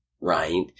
right